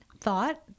thought